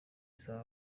isaba